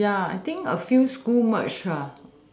ya I think a few school merge ah